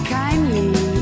kindly